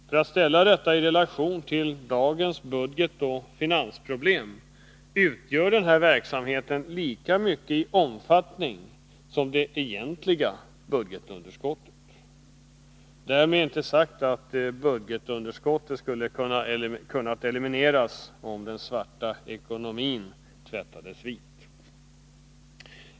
För att ställa detta i relation till dagens budgetoch finansproblem kan man ange att denna verksamhet har lika stor omfattning som det egentliga budgetunderskottet — därmed inte sagt att budgetunderskottet skulle kunna elimineras, om den svarta ekonomin tvättades vit.